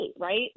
right